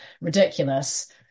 ridiculous